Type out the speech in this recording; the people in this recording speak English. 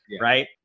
right